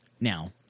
Now